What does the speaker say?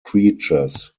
creatures